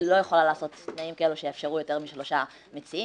לא יכולה לעשות תנאים כאלה שיאפשרו יותר משלושה מציעים.